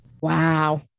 Wow